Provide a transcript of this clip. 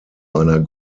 einer